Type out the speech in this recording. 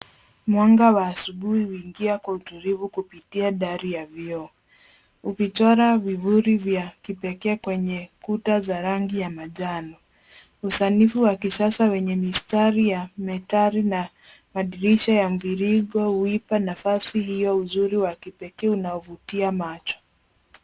Mwanga wa asubuhi huingia kwa utulivu kupitia dari yavkioo ukichora vivuli vya kipekee kwenye kuta za rangi ya manjano. Usanifu wa kisasa wenye mistari ya metali na madirisha ya mviringo huipa nafasi hiyo ya kipekee uzuri unaovutia macho.